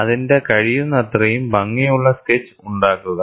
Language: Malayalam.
അതിൻറെ കഴിയുന്നത്രയും ഭംഗിയുള്ള സ്കെച്ച് ഉണ്ടാക്കുക